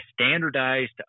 standardized